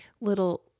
little